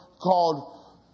called